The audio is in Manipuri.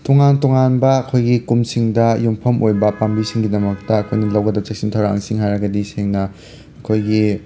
ꯇꯣꯉꯥꯟ ꯇꯣꯉꯥꯟꯕ ꯑꯩꯈꯣꯏꯒꯤ ꯀꯨꯝꯁꯤꯡꯗ ꯌꯨꯝꯐꯝ ꯑꯣꯏꯕ ꯄꯥꯝꯕꯤꯁꯤꯡꯒꯤꯗꯃꯛꯇ ꯑꯩꯈꯣꯏꯅ ꯂꯧꯒꯗꯕ ꯆꯦꯛꯁꯤꯟ ꯊꯧꯔꯥꯡꯁꯤꯡ ꯍꯥꯏꯔꯒꯗꯤ ꯁꯦꯡꯅ ꯑꯩꯈꯣꯏꯒꯤ